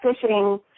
fishing